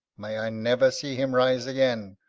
may i never see him rise again.